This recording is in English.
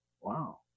Wow